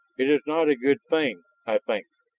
it is not a good thing, i think.